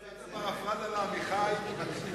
זאת פרפראזה לעמיחי.